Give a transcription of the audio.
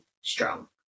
strong